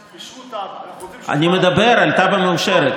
אנחנו רוצים, אני מדבר על תב"ע מאושרת.